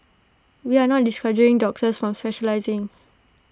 we are not discouraging doctors from specialising